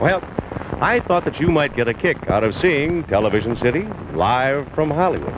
well i thought that you might get a kick out of seeing television city live from hollywood